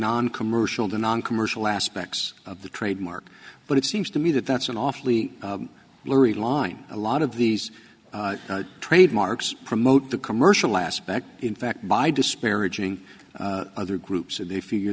noncommercial the noncommercial aspects of the trademark but it seems to me that that's an awfully laurie line a lot of these trademarks promote the commercial aspect in fact by disparaging other groups and they figure